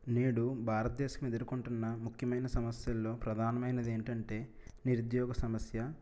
నేడు భారతదేశం ఎదుర్కొంటున్న ముఖ్యమైన సమస్యల్లో ప్రధానమైనది ఏంటంటే నిరుద్యోగ సమస్య